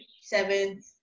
seventh